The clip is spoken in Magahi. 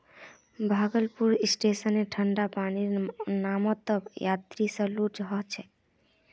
भागलपुर स्टेशनत ठंडा पानीर नामत यात्रि स लूट ह छेक